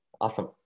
Awesome